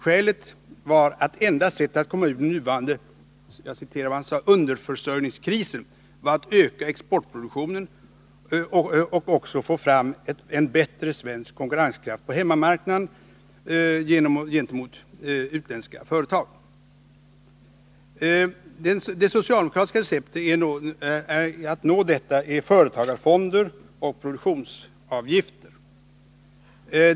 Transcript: Skälet var att enda sättet att komma ur den nuvarande ”underförsörjningskrisen” — jag citerar vad han sade — var att öka exportproduktionen och också få fram en bättre svensk konkurrenskraft på hemmamarknaden gentemot utländska företag. Det socialdemokratiska receptet att nå detta är företagarfonder och produktionsavgifter.